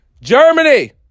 Germany